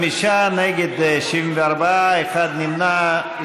5, נגד, 74, אחד נמנע.